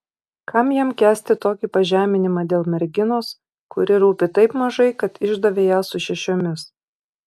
kam jam kęsti tokį pažeminimą dėl merginos kuri rūpi taip mažai kad išdavė ją su šešiomis